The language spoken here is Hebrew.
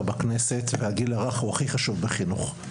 בכנסת והגיל הרך הוא הכי חשוב בחינוך.